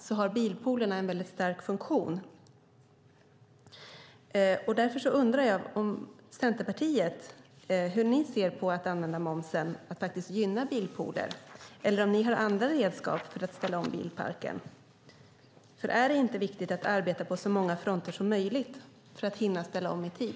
Där har bilpoolerna en mycket stark funktion. Därför undrar jag hur Centerpartiet ser på att använda momsen för att gynna bilpooler. Eller har ni andra redskap för att ställa om bilparken? Är det inte viktigt att arbeta på så många fronter som möjligt för att hinna ställa om i tid?